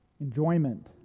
enjoyment